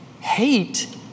hate